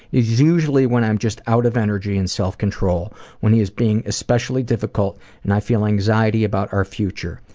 it's usually when i'm just out of energy and self-control when he's being especially difficult and i feel anxiety about our future.